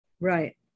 Right